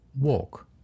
walk